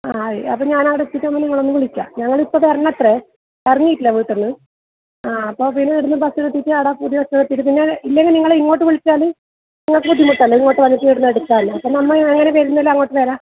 ആ അത് അപ്പം ഞാൻ ആടെ എത്തിയിട്ട് നിങ്ങളെ ഒന്ന് വിളിക്കാം ഞങ്ങൾ ഇപ്പം വരുന്നത്ര ഇറങ്ങിയിട്ടില്ല വീട്ടിൽ നിന്ന് ആ അപ്പോൾ പിന്നെ ഇവിടുന്ന് ബസ്സിൽ എത്തിയിട്ട് പുതിയ സ്റ്റോപ്പിൽ പിന്നെ ഇല്ലെങ്കിൽ നിങ്ങൾ ഇങ്ങോട്ട് വിളിച്ചാൽ നിങ്ങൾക്ക് ബുദ്ധിമുട്ട് അല്ലേ ഇങ്ങോട്ട് വന്നിട്ട് ഇവിടുന്ന് എടുക്കാൻ അപ്പം നമ്മൾ അങ്ങനെ വരുന്നതിൽ അങ്ങോട്ട് വരാം